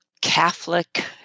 Catholic